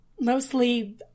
mostly